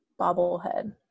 bobblehead